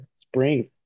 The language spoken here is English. spring